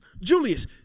Julius